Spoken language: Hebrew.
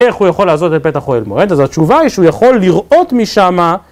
איך הוא יכול לעזוב את פתח אוהל מועד, אז התשובה היא שהוא יכול לראות משמה